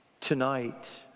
Tonight